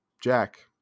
jack